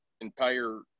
entire